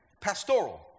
pastoral